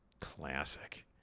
Classic